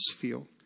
feel